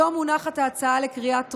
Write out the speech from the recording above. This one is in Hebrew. היום מונחת ההצעה לקריאה טרומית.